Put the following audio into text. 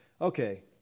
okay